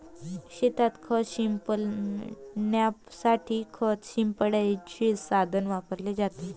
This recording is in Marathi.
शेतात खत शिंपडण्यासाठी खत शिंपडण्याचे साधन वापरले जाते